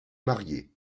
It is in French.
marié